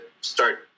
start